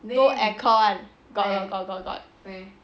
no air con got got got